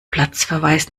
platzverweis